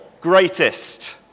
greatest